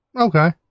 Okay